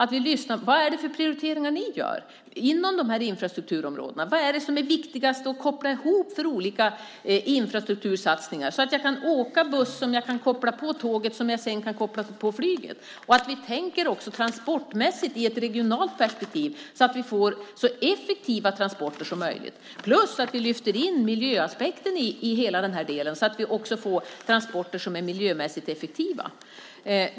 Vilka prioriteringar gör ni inom de här infrastrukturområdena? Vilka infrastruktursatsningar är viktigast att koppla ihop så att jag kan åka buss som jag kan koppla med tåget och sedan koppla med flyget? Vi måste tänka transportmässigt i ett regionalt perspektiv så att vi får så effektiva transporter som möjligt. Vi måste också lyfta in miljöaspekten så att vi får transporter som är miljömässigt effektiva.